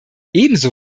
ebenso